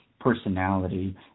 personality